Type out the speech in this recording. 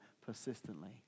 persistently